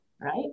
right